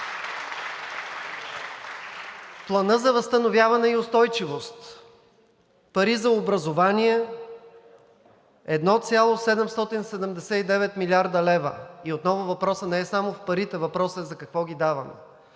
Плана за възстановяване и устойчивост пари за образование – 1,779 млрд. лв. И отново: въпросът не е само в парите, въпросът е за какво ги даваме.